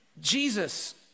Jesus